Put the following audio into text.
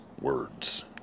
words